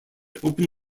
open